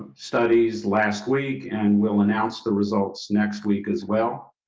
studies last week and will announce the results next week as well.